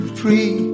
free